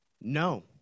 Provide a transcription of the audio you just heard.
No